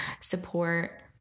support